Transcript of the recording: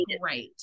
right